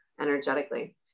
energetically